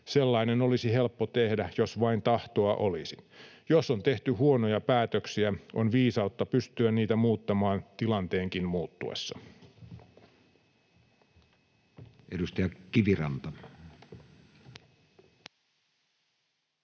Sellainen olisi helppo tehdä, jos vain tahtoa olisi. Jos on tehty huonoja päätöksiä, on viisautta pystyä niitä muuttamaan tilanteenkin muuttuessa.